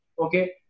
Okay